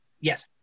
Yes